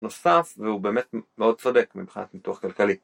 נוסף והוא באמת מאוד צודק מבחינת ניתוח כלכלי.